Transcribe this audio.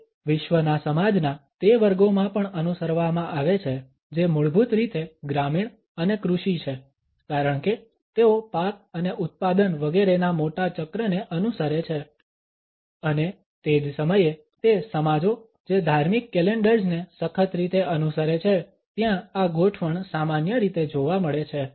તે વિશ્વના સમાજના તે વર્ગોમાં પણ અનુસરવામાં આવે છે જે મૂળભૂત રીતે ગ્રામીણ અને કૃષિ છે કારણ કે તેઓ પાક અને ઉત્પાદન વગેરેના મોટા ચક્રને અનુસરે છે અને તે જ સમયે તે સમાજો જે ધાર્મિક કેલેન્ડર્સને સખત રીતે અનુસરે છે ત્યાં આ ગોઠવણ સામાન્ય રીતે જોવા મળે છે